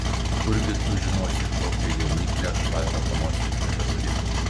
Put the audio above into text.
kurgi tu žinosi tokia jauniklė šlapią panosę tebeturi